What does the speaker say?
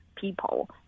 people